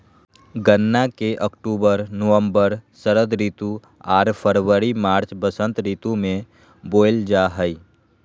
गन्ना के अक्टूबर नवम्बर षरद ऋतु आर फरवरी मार्च बसंत ऋतु में बोयल जा हइ